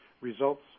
results